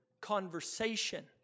conversation